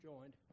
joined